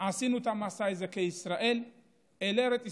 עשינו את המסע הזה כישראל אל ארץ ישראל.